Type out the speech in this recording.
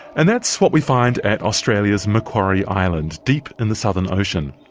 and that's what we find at australia's macquarie island, deep in the southern ocean.